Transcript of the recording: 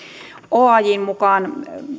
oajn mukaan